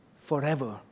forever